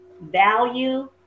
value